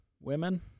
women